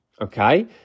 okay